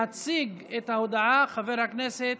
מציג את ההודעה חבר הכנסת